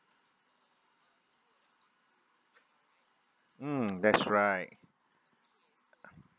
mm that's right